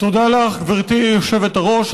תודה לך, גברתי היושבת-ראש.